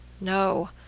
No